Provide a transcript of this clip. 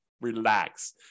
relax